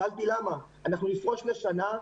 שאלתי למה אנחנו נפרוש לשנה,